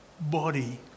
body